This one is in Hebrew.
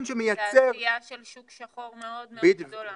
תעשייה של שוק שחור מאוד מאוד גדולה.